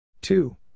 Two